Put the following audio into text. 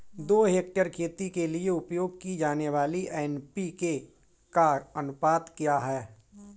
दो हेक्टेयर खेती के लिए उपयोग की जाने वाली एन.पी.के का अनुपात क्या है?